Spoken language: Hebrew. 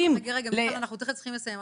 רגע, רגע מיכל, אנחנו תכף צריכים לסיים.